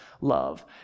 love